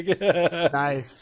Nice